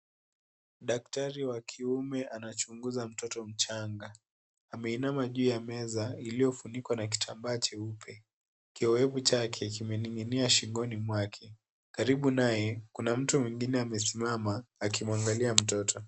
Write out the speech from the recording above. Daktari wa kiume anachunguza mtoto mchanga. Ameinama juu ya meza iliyofunikwa na kitambaa cheupe. Kioevu chake kimening'inia shingoni mwake. Karibu naye kuna mtu mwingine amesimama akimwangalia mtoto.